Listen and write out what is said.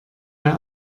der